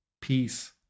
peace